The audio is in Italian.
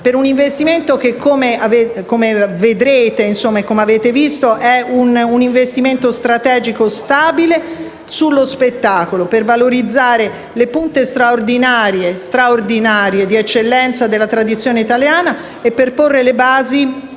per un investimento - come vedrete e avete già visto - strategico stabile sullo spettacolo per valorizzare le punte straordinarie di eccellenza della tradizione italiana e porre le basi